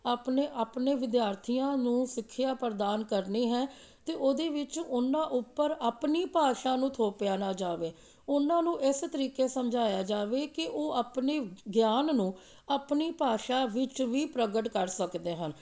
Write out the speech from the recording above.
ਆਪਣੇ ਆਪਣੇ ਵਿਦਿਆਰਥੀਆਂ ਨੂੰ ਸਿੱਖਿਆ ਪ੍ਰਦਾਨ ਕਰਨੀ ਹੈ ਅਤੇ ਉਹਦੇ ਵਿੱਚ ਉਹਨਾਂ ਉੱਪਰ ਆਪਣੀ ਭਾਸ਼ਾ ਨੂੰ ਥੋਪਿਆ ਨਾ ਜਾਵੇ ਉਹਨਾਂ ਨੂੰ ਇਸ ਤਰੀਕੇ ਸਮਝਾਇਆ ਜਾਵੇ ਕਿ ਉਹ ਆਪਣੇ ਗਿਆਨ ਨੂੰ ਆਪਣੀ ਭਾਸ਼ਾ ਵਿੱਚ ਵੀ ਪ੍ਰਗਟ ਕਰ ਸਕਦੇ ਹਨ